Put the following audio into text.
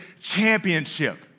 championship